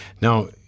Now